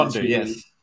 Yes